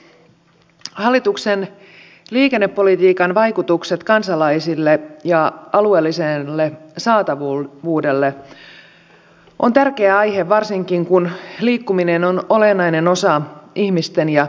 hallituksen liikennepolitiikan vaikutukset kansalaisiin ja alueelliseen saatavuuteen on tärkeä aihe varsinkin kun liikkuminen on olennainen osa ihmisten ja yritysten elämää